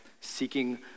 seeking